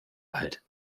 alt